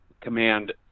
command